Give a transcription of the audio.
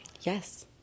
yes